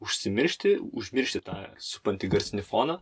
užsimiršti užmiršti tą supantį garsinį foną